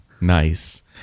Nice